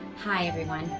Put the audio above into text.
hi everyone.